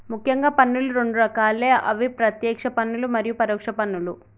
ముఖ్యంగా పన్నులు రెండు రకాలే అవి ప్రత్యేక్ష పన్నులు మరియు పరోక్ష పన్నులు